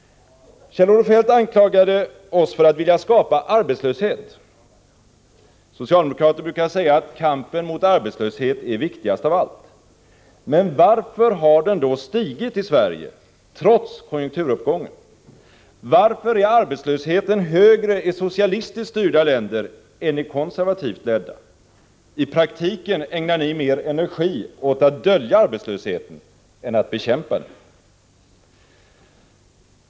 Kjell-Olof Feldt anklagade oss för att vilja skapa arbetslöshet. Socialdemokrater brukar säga att kampen mot arbetslösheten är viktigast av allt. Men varför har då arbetslösheten stigit i Sverige trots konjunkturuppgången? Varför är arbetslösheten högre i socialistiskt styrda länder än i konservativt ledda? I praktiken ägnar ni mer energi åt att dölja arbetslösheten än åt att bekämpa den.